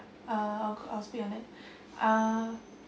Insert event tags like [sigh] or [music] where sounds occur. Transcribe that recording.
uh I'll I'll speak on it [breath] uh